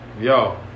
Yo